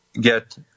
get